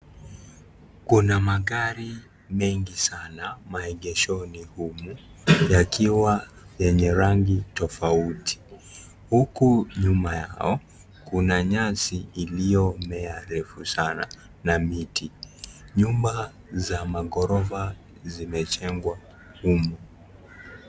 Kuna magari mengi sana maegeshoni humu yakiwa yenye rangi tofauti. Huku nyuma yao, kuna nyasi iliyomea refu sana na miti. Nyumba za maghorofa zimejengwa humo.